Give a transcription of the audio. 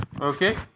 Okay